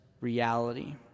reality